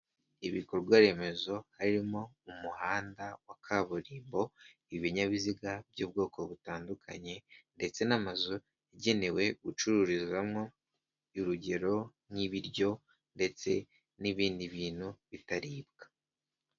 Ibikorwaremezo harimo umuhanda wa kaburimbo ibinyabiziga by'ubwoko butandukanye ndetse n'amazu igenewe gucururizamo, urugero nk'ibiryo ndetse n'ibindi bintu bitaribwa.